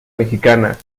mexicana